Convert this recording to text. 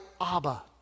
Abba